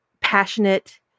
passionate